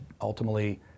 ultimately